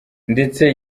ndetse